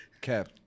Cap